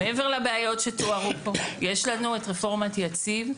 מעבר לבעיות שתוארו פה, יש לנו את רפורמת יציב.